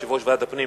יושב-ראש ועדת הפנים.